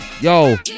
Yo